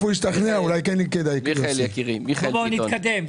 יש בהסכם עם המדינה כאן התחייבות שהחברה לקחה על עצמה,